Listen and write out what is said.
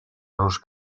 los